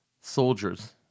soldiers